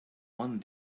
one